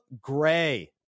gray